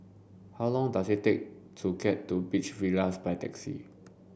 how long does it take to get to Beach Villas by taxi